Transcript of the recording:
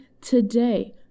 today